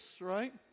right